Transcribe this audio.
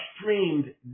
streamed